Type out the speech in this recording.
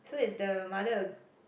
so is the mother a